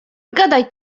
gadaj